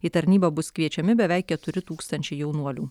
į tarnybą bus kviečiami beveik keturi tūkstančiai jaunuolių